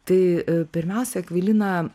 tai pirmiausia akvilina